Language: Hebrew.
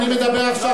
אני מדבר עכשיו,